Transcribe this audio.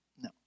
No